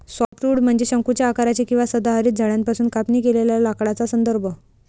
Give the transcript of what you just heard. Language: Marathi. सॉफ्टवुड म्हणजे शंकूच्या आकाराचे किंवा सदाहरित झाडांपासून कापणी केलेल्या लाकडाचा संदर्भ